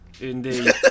Indeed